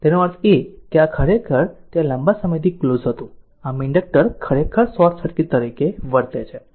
તેનો અર્થ એ કે આ તે ખરેખર તે આ તે લાંબા સમયથી ક્લોઝ હતું આમ ઇન્ડક્ટર ખરેખર શોર્ટ સર્કિટ તરીકે વર્તે છે